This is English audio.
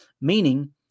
meaning